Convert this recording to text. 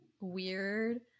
weird